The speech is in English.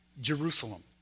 Jerusalem